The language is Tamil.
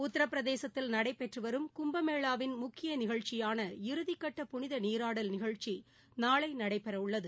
உத்திரபிரதேசத்தில் நடைபெற்று வரும் கும்பமேளாவின் முக்கிய நிகழ்ச்சியான இறுதிக்கட்ட புனித நீராடல் நிகழ்ச்சி நாளை நடைபெறவுள்ளது